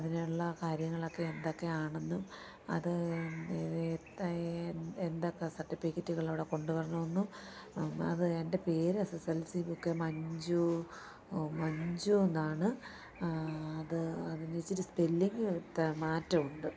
അതിനുള്ള കാര്യങ്ങളൊക്കെ എന്തൊക്കെയാണെന്നും അത് എന്തൊക്കെ സർട്ടിഫിക്കറ്റുകളവിടെ കൊണ്ടുവരണമെന്നും അത് എൻ്റെ പേര് എസ് എസ് എൽ സി ബുക്കേ മഞ്ചു മഞ്ചു എന്നാണ് അത് അതിനിച്ചിരി സ്പെല്ലിങ് തെ മാറ്റുണ്ട്